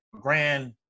grand